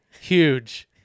Huge